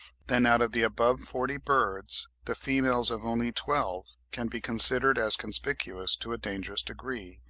then out of the above forty birds the females of only twelve can be considered as conspicuous to a dangerous degree,